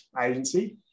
agency